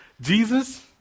Jesus